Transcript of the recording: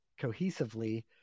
cohesively